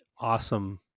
awesome